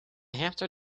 hamster